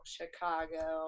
Chicago